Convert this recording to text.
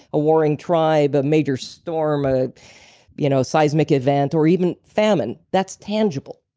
a warring tribe, a major storm, a you know size mick event or even famine, that's tangible.